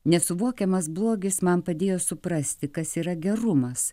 nesuvokiamas blogis man padėjo suprasti kas yra gerumas